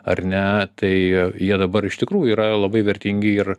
ar ne tai jie dabar iš tikrųjų yra labai vertingi ir